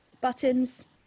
Buttons